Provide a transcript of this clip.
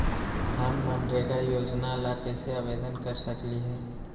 हम मनरेगा योजना ला कैसे आवेदन कर सकली हई?